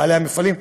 בעלי המפעלים,